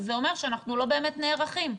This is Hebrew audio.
זה אומר שאנחנו לא באמת נערכים.